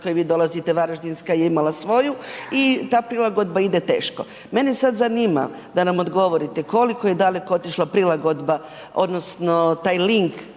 koje vi dolazite Varaždinska je imala svoju i ta prilagodba ide teško. Mene sad zanima da nam odgovorite koliko je daleko otišla prilagodba odnosno taj link